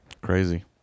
Crazy